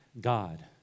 God